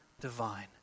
divine